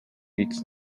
its